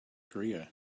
korea